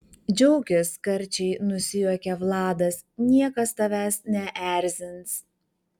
džiaukis karčiai nusijuokia vladas niekas tavęs neerzins